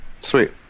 sweet